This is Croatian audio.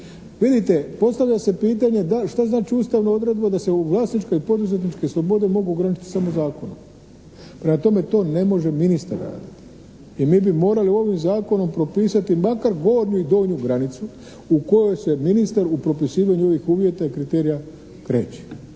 Vidite postavlja se pitanje šta znači ustavna odredba da se vlasničke i poduzetničke slobode mogu ograničiti samo zakonom. Prema tome, to ne može ministar raditi i mi bi morali u ovome Zakonu propisati makar gornju i donju granicu u kojoj se ministar u propisivanju ovih uvjeta i kriterija kreće.